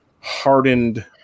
hardened